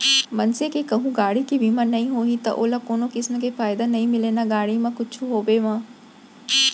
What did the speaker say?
मनसे के कहूँ गाड़ी के बीमा नइ होही त ओला कोनो किसम के फायदा नइ मिलय ना गाड़ी के कुछु होवब म